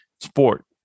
sport